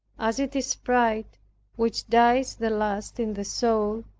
as it is pride which dies the last in the soul,